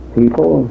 people